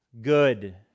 good